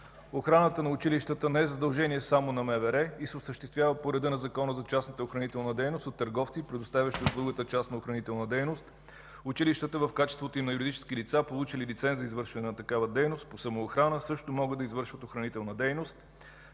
Охраната на училищата не е задължение само на МВР и се осъществява по реда на Закона за частната охранителна дейност от търговци, предоставящи услугата „частна охранителна дейност”. Училищата в качеството им на юридически лица, получили лиценз за извършване на такава дейност по самоохрана, също могат да извършват охранителна дейност.